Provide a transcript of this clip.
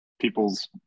people's